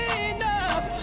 enough